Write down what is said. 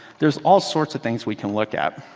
there's all sorts of things we can look at.